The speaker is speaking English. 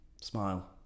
smile